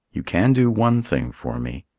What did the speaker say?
you can do one thing for me.